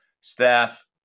staff